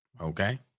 Okay